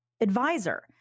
advisor